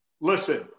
Listen